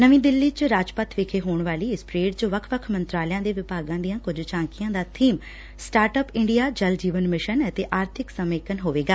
ਨਵੀਂ ਦਿੱਲੀ ਚ ਰਾਜਪੱਥ ਵਿਖੇ ਹੋਣ ਵਾਲੀ ਇਸ ਪਰੇਡ ਚ ਵੱਖ ਵੱਖ ਮੰਤਰਾਲਿਆਂ ਤੇ ਵਿਭਾਗਾਂ ਦੀਆਂ ਕੁਝ ਝਾਕੀਆਂ ਦਾ ਬੀਮ startup India Jal Jeevan mission ਅਤੇ ਆਰਥਿਕ ਸਮਮੇਲਨ ਹੋਵੇਗਾ